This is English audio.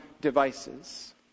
devices